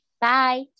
bye